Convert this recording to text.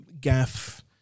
Gaff